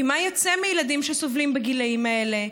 כי מה יצא מילדים שסובלים בגילים האלה?